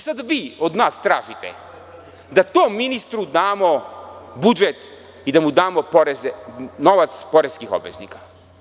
Sada vi od nas tražite da tom ministru damo budžet i da mu damo novac poreskih obveznika?